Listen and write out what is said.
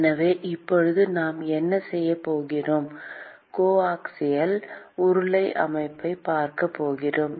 எனவே இப்போது நாம் என்ன செய்யப் போகிறோம் கோஆக்சியல் உருளை அமைப்பைப் பார்க்கப் போகிறோம்